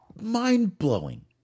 Mind-blowing